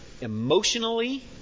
emotionally